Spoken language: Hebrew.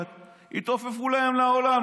התעופפו להם לעולם,